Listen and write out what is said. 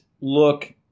look